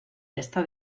esta